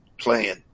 playing